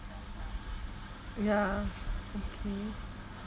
ya okay